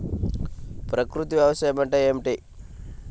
ప్రకృతి వ్యవసాయం అంటే ఏమిటి?